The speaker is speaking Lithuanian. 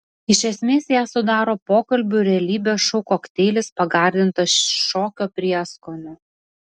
iš esmės ją sudaro pokalbių ir realybės šou kokteilis pagardintas šokio prieskoniu